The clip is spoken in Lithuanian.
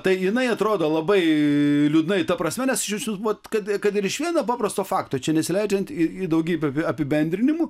tai jinai atrodo labai liūdnai ta prasme nes nes vat kad kad ir iš vieno paprasto fakto čia nesileidžiant į daugybę apibendrinimų